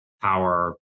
power